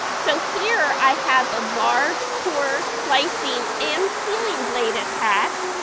so here i have the large core slicing in peeling blade attached,